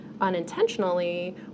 unintentionally